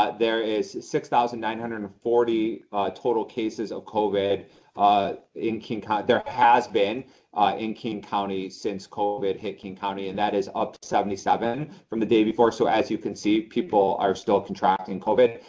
there is six thousand nine hundred and forty total cases of covid ah in king county, there has been in king county, since covid hit king county, and that is up seventy seven from the day before. so as you can see, people are still contracting covid.